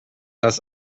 das